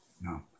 no